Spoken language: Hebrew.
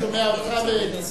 אני שומע אותך ואת נסים.